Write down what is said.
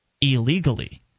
illegally